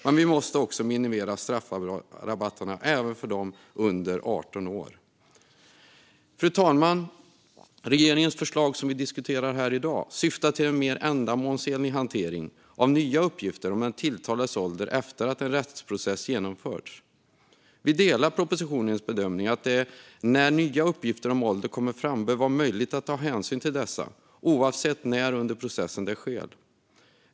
Men vi måste också minimera straffrabatterna även för dem som är under 18 år. Fru talman! Regeringens förslag, som vi diskuterar här i dag, syftar till en mer ändamålsenlig hantering av nya uppgifter om den tilltalades ålder efter att en rättsprocess har genomförts. Vi instämmer i regeringens bedömning i propositionen om att det när nya uppgifter om ålder kommer fram bör vara möjligt att ta hänsyn till dessa, oavsett när under processen det sker.